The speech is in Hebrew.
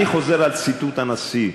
אני חוזר על ציטוט דברי הנשיא,